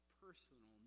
personal